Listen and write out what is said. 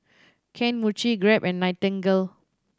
Kane Mochi Grab and Nightingale